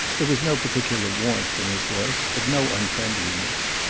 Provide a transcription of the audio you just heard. there was no particular warmth in his voice, but no unfriendliness.